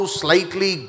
slightly